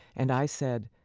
and i said,